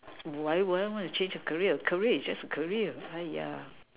why would I want to change a career career is just a career !aiya!